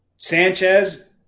Sanchez